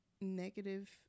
negative